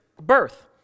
birth